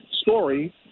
story